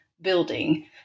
building